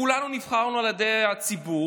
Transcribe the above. כולנו נבחרנו על ידי הציבור,